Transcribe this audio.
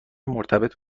مرتبط